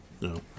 no